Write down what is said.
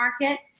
market